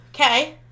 Okay